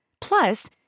Plus